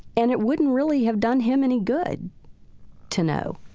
and it wouldn't really have done him any good to know,